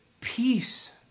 peace